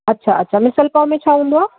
अछा अछा मिसल पाव में छा हूंदो आहे